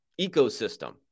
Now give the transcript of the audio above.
ecosystem